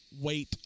wait